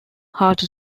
heart